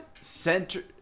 center